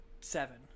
seven